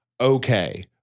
okay